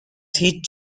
هیچ